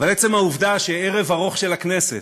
אבל עצם העובדה שערב ארוך של הכנסת,